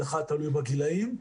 13:00 תלוי בגיל הילדים,